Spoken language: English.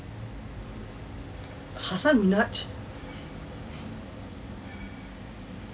hasan minhaj